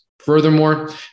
Furthermore